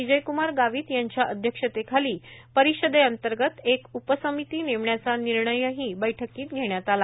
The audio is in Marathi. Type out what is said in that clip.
विजयकमार गावित यांच्या अध्यक्षतेखाली परिषदेअंतर्गत एक उपसमिती नेमण्याचा निर्णयही बैठकीत घेण्यात आला